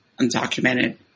undocumented